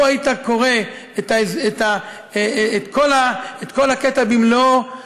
לו היית קורא את כל הקטע במלואו,